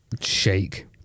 shake